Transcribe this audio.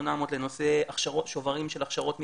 מיליון לשוברים של הכשרות מקצועיות.